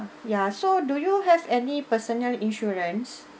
ya so do you have any personal insurance